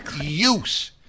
use